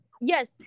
Yes